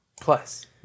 plus